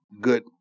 good